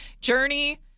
Journey